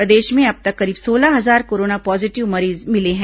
प्रदेश में अब तक करीब सोलह हजार कोरोना पॉजिटिव मरीज मिले हैं